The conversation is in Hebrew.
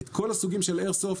את כל הסוגים של איירסופט.